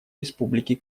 республики